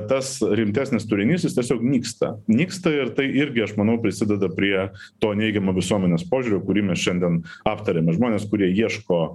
tas rimtesnis turinys jis tiesiog nyksta nyksta ir tai irgi aš manau prisideda prie to neigiamo visuomenės požiūrio kurį mes šiandien aptariame žmonės kurie ieško